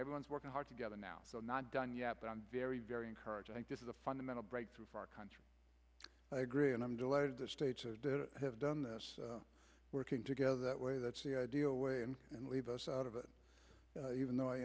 everyone's working hard together now so not done yet but i'm very very encouraged i think this is a fundamental breakthrough for our country i agree and i'm delighted that states have done this working together that way that's the ideal way and and leave us out of it even though i